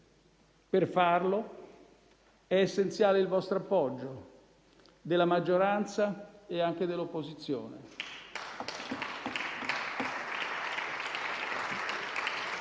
Per farlo, è essenziale il vostro appoggio, della maggioranza e anche dell'opposizione.